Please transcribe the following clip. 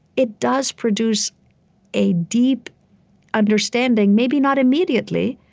it does produce a deep understanding, maybe not immediately,